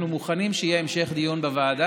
אנחנו מוכנים שיהיה המשך דיון בוועדה,